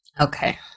Okay